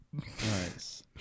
Nice